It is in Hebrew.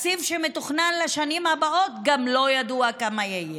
התקציב שמתוכנן לשנים הבאות, גם לא ידוע כמה יהיה.